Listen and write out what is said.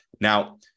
Now